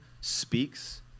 speaks